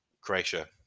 Croatia